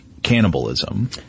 Cannibalism